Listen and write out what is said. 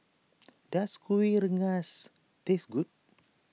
does Kuih Rengas taste good